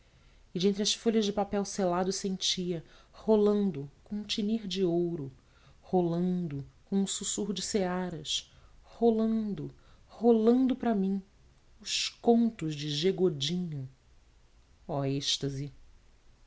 e dentre as folhas de papel selado senta rolando com um tinir de ouro rolando com um sussurro de searas rolando rolando para mim os contos de g godinho oh êxtase